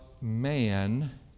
man